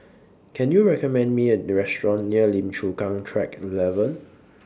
Can YOU recommend Me A Restaurant near Lim Chu Kang Track eleven